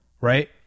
right